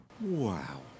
Wow